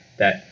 that